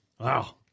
Wow